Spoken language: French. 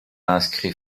inscrit